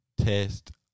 test